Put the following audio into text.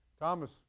Thomas